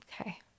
Okay